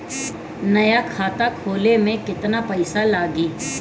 नया खाता खोले मे केतना पईसा लागि?